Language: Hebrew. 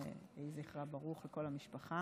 יהי זכרה ברוך, לכל המשפחה.